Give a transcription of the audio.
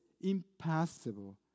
impossible